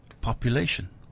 population